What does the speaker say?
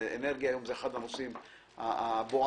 אנרגיה היום הוא אחד הנושאים הבוערים,